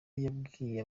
yabwiye